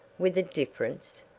with a difference?